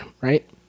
right